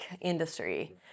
industry